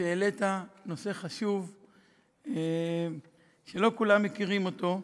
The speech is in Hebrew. שהעלית נושא חשוב שלא כולם מכירים אותו.